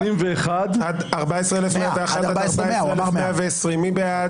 13,961 עד 13,980, מי בעד?